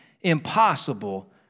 impossible